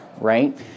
right